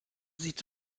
sieht